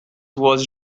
was